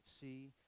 see